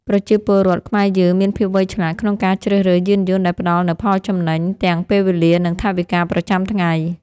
ប្រជាពលរដ្ឋខ្មែរយើងមានភាពវៃឆ្លាតក្នុងការជ្រើសរើសយានយន្តដែលផ្តល់នូវផលចំណេញទាំងពេលវេលានិងថវិកាប្រចាំថ្ងៃ។